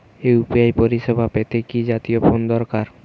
UPI পরিসেবা পেতে কি জাতীয় ফোন দরকার?